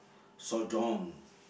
so don't